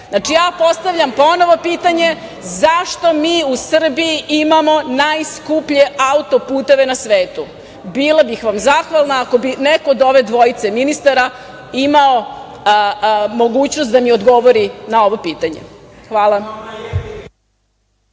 evra. Znači, postavljam pitanje ponovo, zašto mi u Srbiji imamo najskuplje auto-puteve na svetu? Bila bih vam zahvalna ako bi neko od ove dvojice ministara imao mogućnost da mi odgovori na ovo pitanje. Hvala